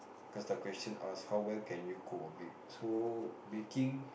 cause the question ask how well can you cook or bake so baking